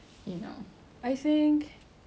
saya pilih ikan